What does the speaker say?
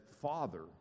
father